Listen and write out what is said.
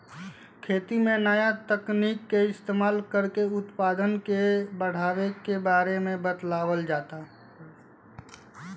खेती में नया तकनीक के इस्तमाल कर के उत्पदान के बढ़ावे के बारे में बतावल जाता